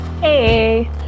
Hey